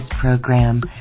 program